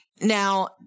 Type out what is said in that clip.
now